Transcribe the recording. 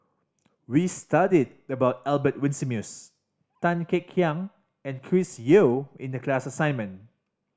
we studied about Albert Winsemius Tan Kek Hiang and Chris Yeo in the class assignment